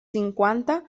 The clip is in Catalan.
cinquanta